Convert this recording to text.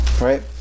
right